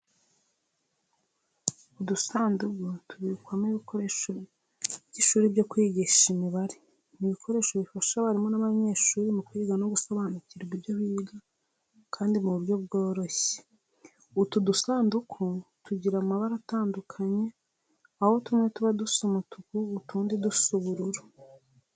Udusanduka tubikwamo ibikoresho by'ishuri byo kwigisha imibare, ni ibikoresho bifasha abarimu n'abanyehsuri mu kwiga no gusobanukirwa ibyo biga kandi mu buryo bworoshye. Utu dusanduku tugira amabara atandukanye aho tumwe tuba dusa umutuku, utundi dusa ubururu.